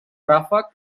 ràfec